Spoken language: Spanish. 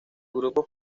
grupos